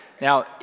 Now